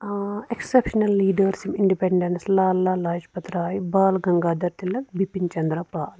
exceptional leaders یِم independence Lala Rajpat Rai Bal Gangadhar Tilak Bipin Chandra پال